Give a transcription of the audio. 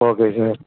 okay sir